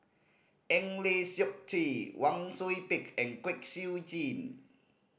Eng Lee Seok Chee Wang Sui Pick and Kwek Siew Jin